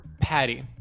Patty